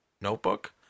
notebook